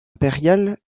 impériales